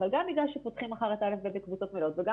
אבל גם בגלל שפותחים מחר בקבוצות מלאות וגם